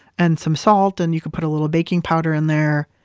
and some salt, and you could put a little baking powder in there.